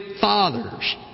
fathers